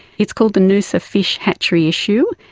it's called the noosa fish hatchery issue,